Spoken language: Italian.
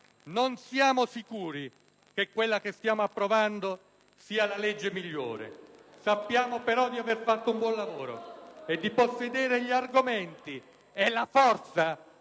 non siamo sicuri che quella che stiamo approvando sia la legge migliore, sappiamo però di aver fatto un buon lavoro e di possedere gli argomenti e la forza